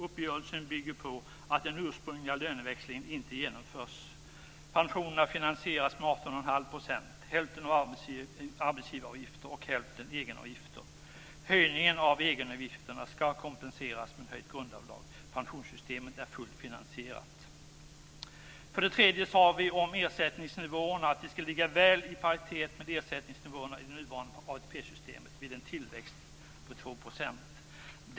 Uppgörelsen bygger på att den ursprungliga löneväxlingen inte genomförs. Pensionerna finansieras med 18 1⁄2 %, hälften arbetsgivaravgifter och hälften egenavgifter. Höjningen av egenavgifterna skall kompenseras med höjt grundavdrag. Pensionssystemet är fullt finansierat. För det tredje sade vi om ersättningsnivåerna att de skall ligga väl i nivå med ersättningsnivåerna i det nuvarande ATP-systemet vid en tillväxt på 2 %.